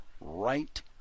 right